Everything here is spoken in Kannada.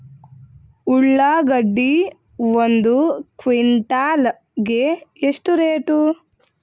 ಉಳ್ಳಾಗಡ್ಡಿ ಒಂದು ಕ್ವಿಂಟಾಲ್ ಗೆ ಎಷ್ಟು ರೇಟು?